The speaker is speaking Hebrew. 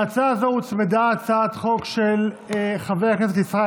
להצעה הזאת הוצמדה הצעת חוק של חבר הכנסת ישראל